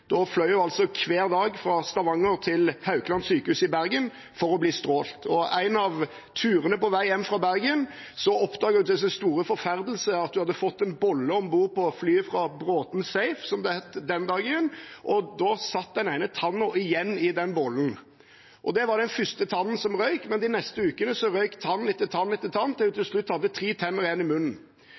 Da fløy hun hver dag fra Stavanger til Haukeland sykehus i Bergen for å bli strålt. På en av turene på vei hjem fra Bergen oppdaget hun til sin store forferdelse at da hun hadde fått en bolle om bord på flyet fra Braathens SAFE, som det het den gangen, satt den ene tannen igjen i bollen. Det var den første tannen som røyk, men de neste ukene røyk tann etter tann etter tann til hun til slutt hadde tre tenner igjen i munnen.